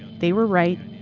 they were right.